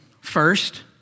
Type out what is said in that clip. First